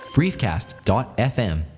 briefcast.fm